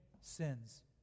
sins